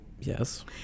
Yes